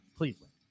Cleveland